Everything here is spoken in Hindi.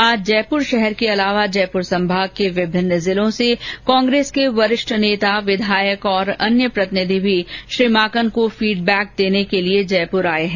आज जयपुर शहर के अलावा जयपुर संभाग के विभिन्न जिलों से कांग्रेस के वरिष्ठ नेता विधायक और अन्य प्रतिनिधि भी श्री माकन को फीडबैक देने के लिए जयपुर पहुंचे हैं